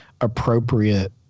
appropriate